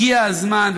הגיע הזמן,